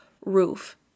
roof